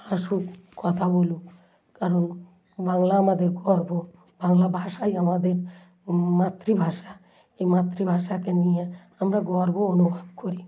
আসুক কথা বলুক কারণ বাংলা আমাদের গর্ব বাংলা ভাষাই আমাদের মাতৃভাষা এই মাতৃভাষাকে নিয়ে আমরা গর্ব অনুভব করি